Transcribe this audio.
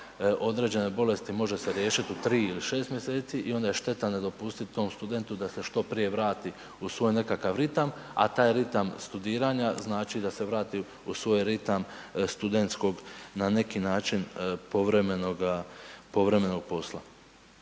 određene bolesti može se riješiti u 3 ili 6 mj. i onda je šteta ne dopustiti tom studentu da se što prije vrati u svoj nekakav ritam a taj ritam studiranja znači da se vrati u svoj ritam studentskog na način povremenoga posla.